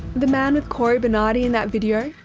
the man with cory bernadi in that video?